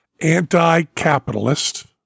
anti-capitalist